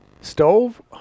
stove